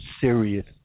serious